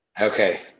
Okay